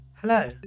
Hello